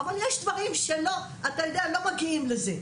אבל יש דברים שלא מגיעים לזה.